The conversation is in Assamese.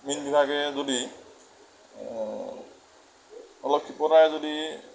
মীন বিভাগে যদি অলপ ক্ষীপ্ৰতাৰে যদি